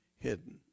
hidden